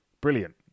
brilliant